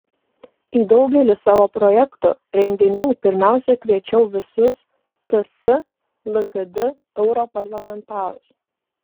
į daugelį savo projektų renginių pirmiausia kviečiau visus ts lkd europarlamentarus